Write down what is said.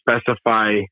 specify